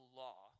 law